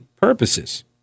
purposes